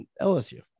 LSU